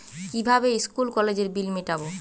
কিভাবে স্কুল কলেজের বিল মিটাব?